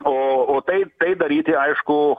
o taip tai daryti aišku